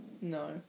No